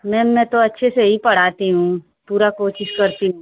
ma'am मैं तो अच्छे से ही पढ़ाती हूँ पूरा कोशिश करती हूँ